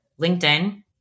LinkedIn